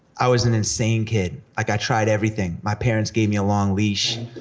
i was an insane kid. like i tried everything. my parents gave me a long leash.